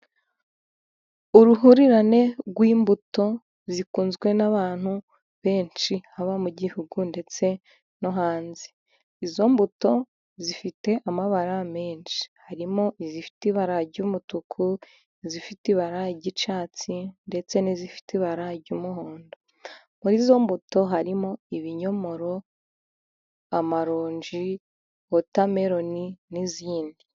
Uruhurirane rw'imbuto zikunzwe n'abantu benshi, haba mu gihugu ndetse no hanze, izo mbuto zifite amabara menshi, harimo izifite ibara ry'umutuku, izifite ibara ry'icyatsi, ndetse n'izifite ibara ry'umuhondo, muri zo mbuto harimo ibinyomoro, amalonji, watemeroni, n'izindi.